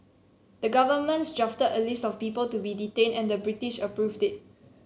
the governments drafted a list of people to be detained and the British approved it